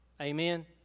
Amen